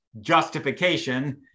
justification